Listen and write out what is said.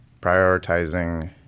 prioritizing